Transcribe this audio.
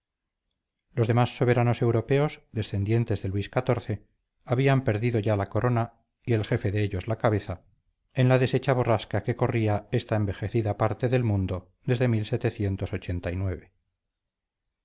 los demás soberanos europeos descendientes de luis xiv habían perdido ya la corona y el jefe de ellos la cabeza en la deshecha borrasca que corría esta envejecida parte del mundo desde